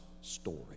story